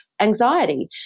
Anxiety